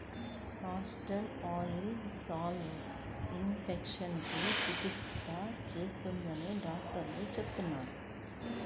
castor oil scalp ఇన్ఫెక్షన్లకు చికిత్స చేస్తుందని డాక్టర్లు చెబుతున్నారు